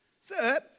Sir